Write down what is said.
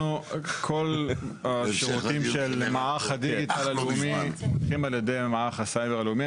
כל השירותים של מערך הדיגיטל הלאומי מונחים על ידי מערך הסייבר הלאומי.